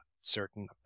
certain